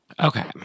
Okay